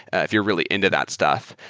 if you're really into that stuff.